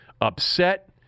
upset